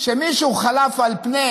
שמישהו חלף על פני